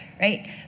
right